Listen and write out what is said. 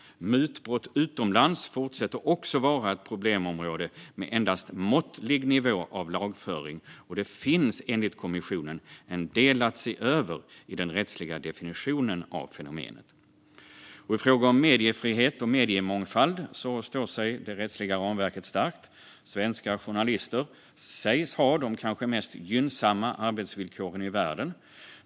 Mutbrott utomlands fortsätter också att vara ett problemområde med endast måttlig nivå av lagföring. Och det finns enligt kommissionen en del att se över i den rättsliga definitionen av fenomenet. I fråga om mediefrihet och mediemångfald står sig det rättsliga ramverket starkt. Svenska journalister sägs ha de kanske mest gynnsamma arbetsvillkoren i världen.